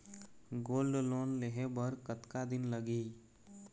Gold loan लेहे बर कतका दिन लगही?